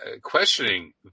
questioning